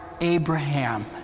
Abraham